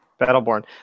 Battleborn